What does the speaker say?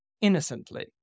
innocently